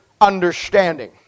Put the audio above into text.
understanding